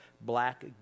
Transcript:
black